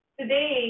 Today